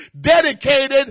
dedicated